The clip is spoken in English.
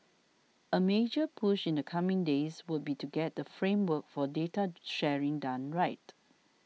a major push in the coming days would be to get the framework for data sharing done right